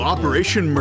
Operation